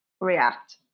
react